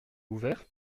ouvert